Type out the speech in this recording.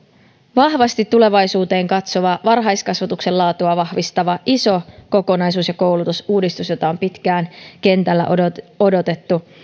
vahvasti tulevaisuuteen katsova varhaiskasvatuksen laatua vahvistava iso kokonaisuus ja koulutusuudistus jota on pitkään kentällä odotettu odotettu